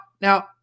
now